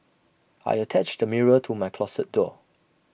I attached A mirror to my closet door